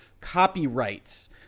copyrights